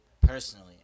personally